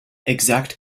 exact